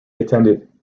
attended